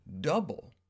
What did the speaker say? double